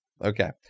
Okay